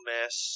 Miss